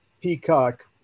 peacock